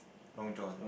Long John